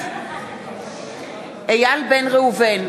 בעד איל בן ראובן,